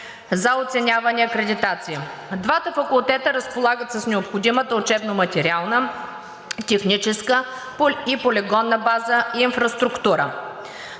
за оценяване и акредитация. Двата факултета разполагат с необходимата учебно-материална, техническа, полигонна база и инфраструктура.